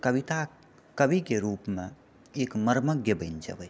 कविता कविके रूपमे एक मर्मज्ञ बनि जेबए